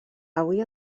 avui